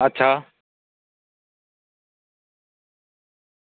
अच्छा